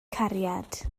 cariad